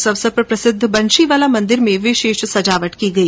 इस अवसर पर प्रसिद्ध बंशीवाला मंदिर में विशेष साज सज्जा की गई